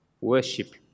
Worship